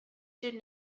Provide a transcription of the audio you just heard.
should